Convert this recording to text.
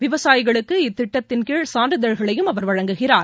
விவசாயிகளுக்கு இத்திட்டத்தின் கீழ் சான்றிதழ்களையும் அவர் வழங்குகிறார்